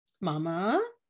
mama